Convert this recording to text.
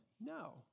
No